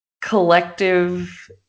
collective